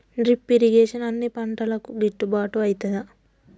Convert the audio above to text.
Drip irrigation అన్ని పంటలకు గిట్టుబాటు ఐతదా?